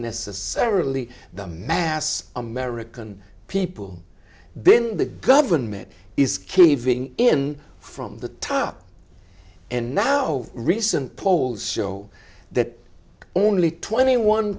necessarily the mass american people been the government is caving in from the top and now recent polls show that only twenty one